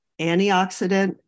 antioxidant